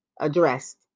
addressed